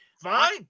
Fine